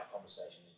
Conversation